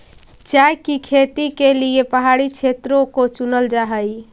चाय की खेती के लिए पहाड़ी क्षेत्रों को चुनल जा हई